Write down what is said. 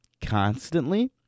constantly